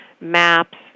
maps